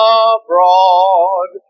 abroad